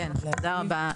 תודה רבה.